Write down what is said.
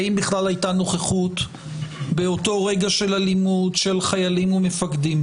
האם בכלל באותו רגע של אלימות היתה נוכחות של חיילים ומפקדים.